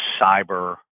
cyber